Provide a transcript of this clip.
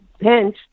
hence